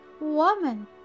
woman